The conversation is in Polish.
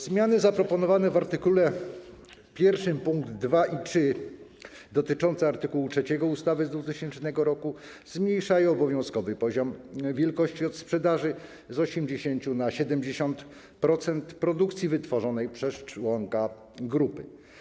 Zmiany zaproponowane w art. 1 pkt 2 i 3 dotyczące art. 3 ustawy z 2000 r. zmniejszają obowiązkowy poziom wielkości od sprzedaży z 80 na 70% produkcji wytworzonej przez członka grupy.